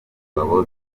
ngabo